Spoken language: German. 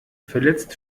verletzt